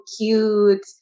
cute